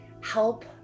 help